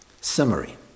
Summary